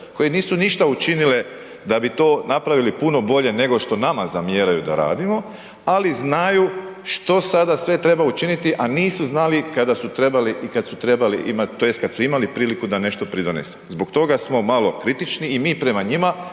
koje nisu ništa učinile da bi to napravili puno bolje nego što to nama zamjeraju da radimo, ali znaju što sada sve treba učiniti, a nisu znali kada su trebali i kad su trebali imati, tj. kad su imali priliku da nešto pridonesu. Zbog toga smo malo kritični i mi prema njima